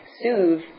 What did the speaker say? soothe